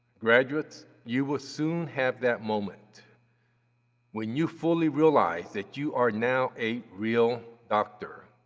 graduates, you will soon have that moment when you fully realize that you are now a real doctor.